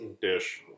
dish